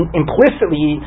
implicitly